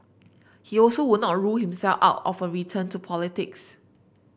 he also would not rule himself out of a return to politics